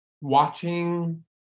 watching